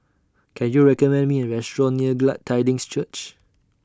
Can YOU recommend Me A Restaurant near Glad Tidings Church